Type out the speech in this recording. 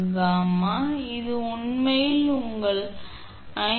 72° அது உண்மையில் உங்கள் 5114